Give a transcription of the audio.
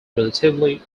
relatively